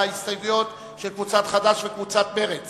ההסתייגות של קבוצת סיעת חד"ש